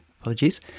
Apologies